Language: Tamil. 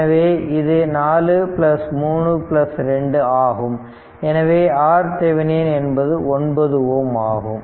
எனவே இது 432 ஆகும் எனவே RThevenin என்பது 9 Ω ஆகும்